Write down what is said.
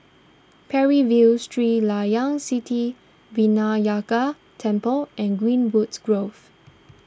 Parry View Sri Layan Sithi Vinayagar Temple and Greenwoods Grove